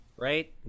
Right